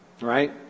right